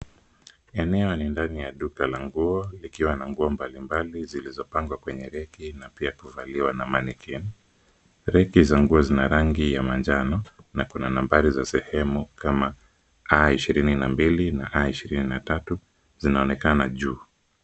Eneo ni ndani ya duka la nguo likiwa na nguo mbali mbali zilizopangwa kwenye reki na pia kuvaliwa na maneki. Reki za nguo zinazo rangi ya manjano na kuna nambari za sehemu kama A ishirini na mbili na A ishirini na tatu zinaonekana juu